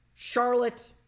Charlotte